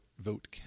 vote